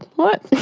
what?